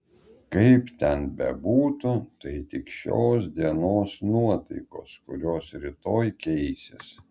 kaip ten bebūtų tai tik šios dienos nuotaikos kurios rytoj keisis